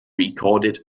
recorded